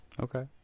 Okay